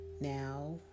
now